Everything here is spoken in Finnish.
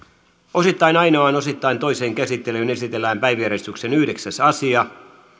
osittain ainoaan osittain toiseen käsittelyyn esitellään päiväjärjestyksen yhdeksäs asia